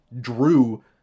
drew